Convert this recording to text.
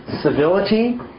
civility